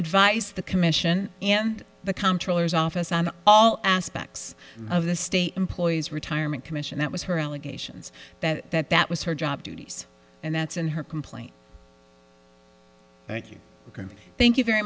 advice the commission and the comptroller's office on all aspects of the state employees retirement commission that was her allegations that that that was her job duties and that's in her complaint thank you